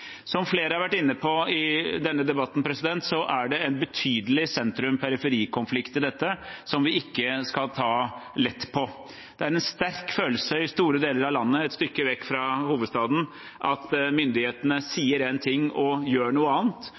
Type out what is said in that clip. Som flere har vært inne på i denne debatten, er det en betydelig sentrum-periferi-konflikt i dette, som vi ikke skal ta lett på. Det er en sterk følelse i store deler av landet, et stykke vekk fra hovedstaden, av at myndighetene sier én ting og gjør noe annet.